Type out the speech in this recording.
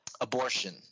abortion